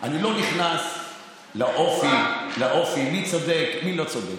אני לא נכנס לאופי, מי צודק ומי לא צודק.